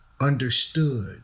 understood